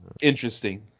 interesting